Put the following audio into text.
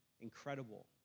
incredible